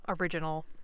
original